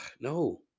no